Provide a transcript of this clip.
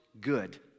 good